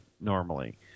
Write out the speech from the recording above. normally